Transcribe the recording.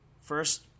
first